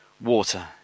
water